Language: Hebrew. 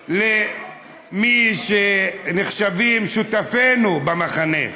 אני רוצה להתייחס למי שנחשבים שותפינו במחנה.